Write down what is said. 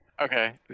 okay